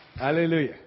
Hallelujah